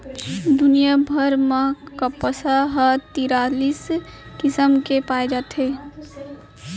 दुनिया भर म कपसा ह तिरालिस किसम के पाए जाथे